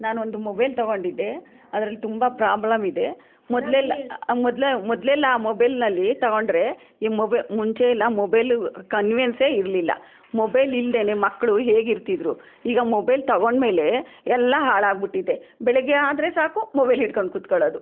ನಾನೊಂದು ಮೊಬೈಲ್ ತೊಗೊಂಡಿದ್ದೆ ಅದ್ರಲ್ಲಿ ತುಂಬ ಪ್ರಾಬ್ಲಮ್ ಇದೆ ಮೊದಲೆಲ್ಲ ಮೊದಲ ಮೊದಲಲೆಲ್ಲ ಆ ಮೊಬೈಲ್ನಲ್ಲಿ ತೊಗೊಂಡ್ರೆ ಈ ಮೊಬೆಲ್ ಮುಂಚೆ ಎಲ್ಲ ಮೊಬೆಲು ಕನ್ವೆನ್ಸೇ ಇರಲಿಲ್ಲ ಮೊಬೈಲ್ ಇಲ್ಲದೆಯೇ ಮಕ್ಕಳು ಹೇಗಿರ್ತಿದ್ರು ಈಗ ಮೊಬೈಲ್ ತೊಗೊಂಡ್ಮೇಲೆ ಎಲ್ಲ ಹಾಳಾಗ್ಬಿಟ್ಟಿದೆ ಬೆಳಗ್ಗೆ ಆದರೆ ಸಾಕು ಮೊಬೈಲ್ ಹಿಡ್ಕೊಂಡು ಕೂತ್ಕೊಳ್ಳೋದು